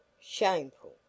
shameful